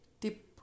tip